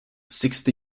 sixty